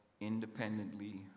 independently